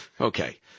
Okay